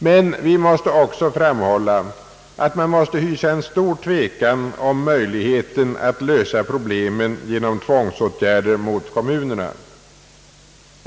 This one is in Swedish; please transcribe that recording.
Men vi måste också framhålla att man har anledning att hysa en stor tvekan om möjligheten att lösa problemen genom tvångsåtgärder mot kommunerna.